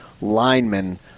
linemen